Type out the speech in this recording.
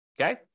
okay